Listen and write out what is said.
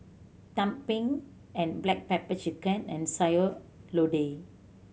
tumpeng and black pepper chicken and Sayur Lodeh